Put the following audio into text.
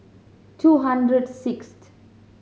two hundred sixth